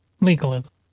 Legalism